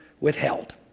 withheld